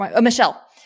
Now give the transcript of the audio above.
Michelle